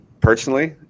Personally